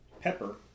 Pepper